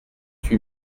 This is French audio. huit